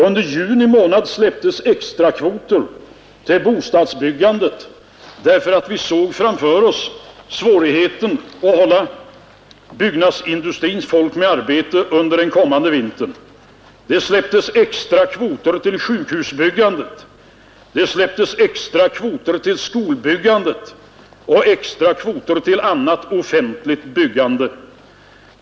Under juni månad släpptes extrakvoter till bostadsbyggandet därför att vi såg framför oss svårigheten att hålla byggnadsindustrins folk med arbete under den kommande vintern, det släpptes extra kvoter till sjukhusbyggande, till skolbyggande och till annat offentligt byggande.